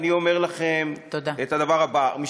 אני אומר לכם את הדבר הבא, תודה.